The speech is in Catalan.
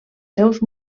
seus